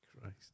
Christ